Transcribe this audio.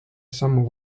sammu